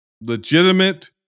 Legitimate